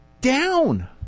down